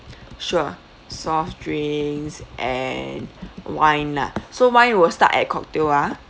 sure soft drinks and wine lah so wine will start at cocktail ah